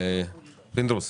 פינדרוס.